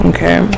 Okay